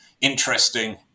interesting